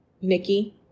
Nikki